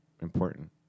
important